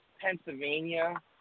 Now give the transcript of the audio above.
Pennsylvania